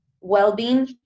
well-being